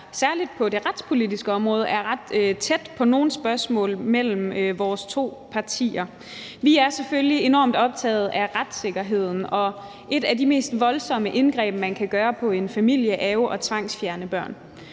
særlig på det retspolitiske område er ret kort mellem vores to partier på nogle spørgsmål. Vi er selvfølgelig enormt optagede af retssikkerheden, og et af de mest voldsomme indgreb, man kan lave i forhold til en familie, er jo at tvangsfjerne børn.